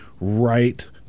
right